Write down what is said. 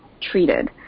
treated